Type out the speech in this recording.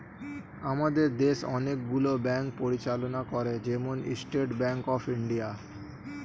আমাদের দেশ অনেক গুলো ব্যাঙ্ক পরিচালনা করে, যেমন স্টেট ব্যাঙ্ক অফ ইন্ডিয়া